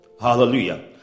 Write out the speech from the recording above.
Hallelujah